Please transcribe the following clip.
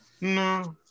No